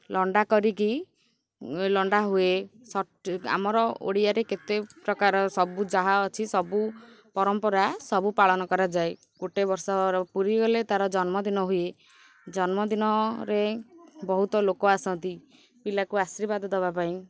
ଲଣ୍ଡା କରିକି ଲଣ୍ଡା ହୁଏ ଆମର ଓଡ଼ିଆରେ କେତେ ପ୍ରକାର ସବୁ ଯାହା ଅଛି ସବୁ ପରମ୍ପରା ସବୁ ପାଳନ କରାଯାଏ ଗୋଟେ ବର୍ଷ ପୁରିଗଲେ ତା'ର ଜନ୍ମଦିନ ହୁଏ ଜନ୍ମଦିନରେ ବହୁତ ଲୋକ ଆସନ୍ତି ପିଲାକୁ ଆଶୀର୍ବାଦ ଦେବା ପାଇଁ